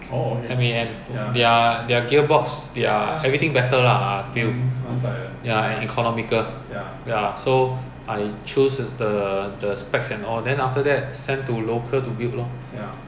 so johor they hire those err ibanese lah bangla lah and do lor it's like building flat like that lah but take up a lot of space cause you cannot stack mah